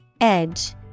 Edge